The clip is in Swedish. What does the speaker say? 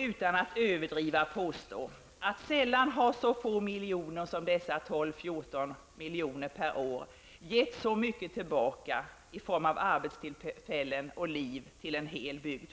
Utan att överdriva vill jag påstå att sällan har så få miljoner som dessa 12--14 miljoner per år gett så mycket tillbaka i form av arbetstillfällen och liv till en hel bygd.